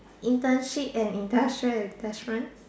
internship and industrial attachment